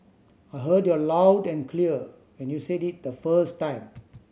I heard you are loud and clear when you said it the first time